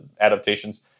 adaptations